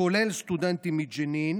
כולל סטודנטים מג'נין.